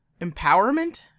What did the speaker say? empowerment